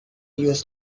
used